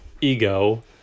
Ego